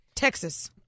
Texas